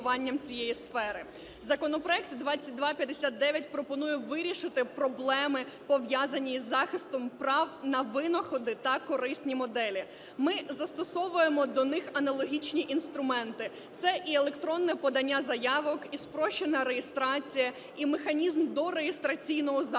Законопроект 2259 пропонує вирішити проблеми, пов’язані із захистом прав на винаходи та корисні моделі. Ми застосовуємо до них аналогічні інструменти: це і електронне подання заявок, і спрощена реєстрація, і механізм дореєстраційного захисту,